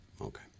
okay